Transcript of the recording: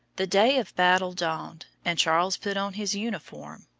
the day of battle dawned, and charles put on his uniform,